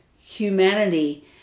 humanity